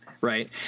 right